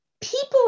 People